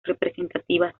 representativas